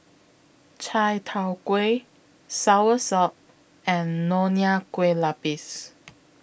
Chai Tow Kway Soursop and Nonya Kueh Lapis